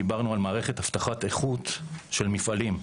דיברנו על מערכת אבטחת איכות של מפעלים.